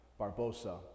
Barbosa